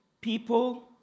people